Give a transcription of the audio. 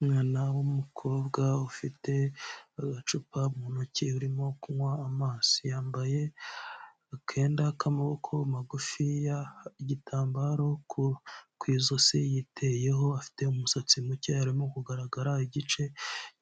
Umwana w'umukobwa ufite agacupa mu ntoki urimo kunywa amazi, yambaye akenda k'amaboko magufiya igitambaro ku ijosi yiteyeho, afite umusatsi muke arimo kugaragara igice